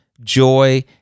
joy